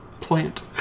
plant